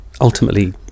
ultimately